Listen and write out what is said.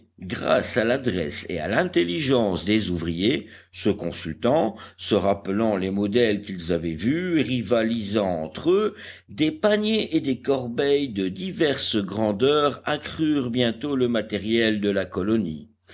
grâce à l'adresse et à l'intelligence des ouvriers se consultant se rappelant les modèles qu'ils avaient vus rivalisant entre eux des paniers et des corbeilles de diverses grandeurs accrurent bientôt le matériel de la colonie